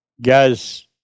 Guys